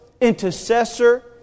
intercessor